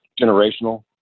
Generational